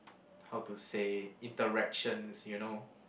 how to say interactions you know